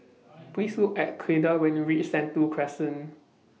Please Look At Clyda when YOU REACH Sentul Crescent